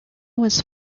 was